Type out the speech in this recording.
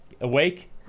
Awake